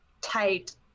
tight